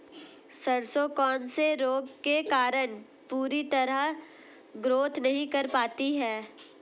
सरसों कौन से रोग के कारण पूरी तरह ग्रोथ नहीं कर पाती है?